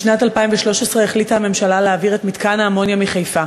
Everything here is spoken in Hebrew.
בשנת 2013 החליטה הממשלה להעביר את מתקן האמוניה מחיפה.